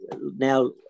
now